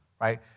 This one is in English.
Right